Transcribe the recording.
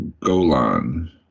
Golan